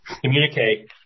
communicate